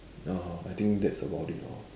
ya I think that's about it lor